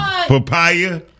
Papaya